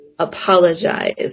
apologize